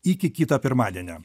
iki kito pirmadienio